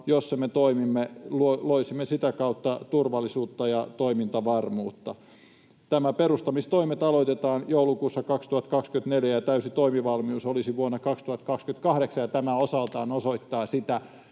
jossa me toimimme, loisimme sitä kautta turvallisuutta ja toimintavarmuutta. Tämän perustamistoimet aloitetaan joulukuussa 2024 ja täysi toimivalmius olisi vuonna 2028. Tämä osaltaan osoittaa, että